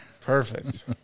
perfect